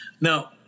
Now